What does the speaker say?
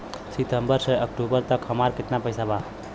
सितंबर से अक्टूबर तक हमार कितना पैसा बा?